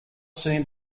soon